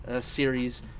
series